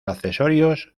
accesorios